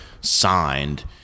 signed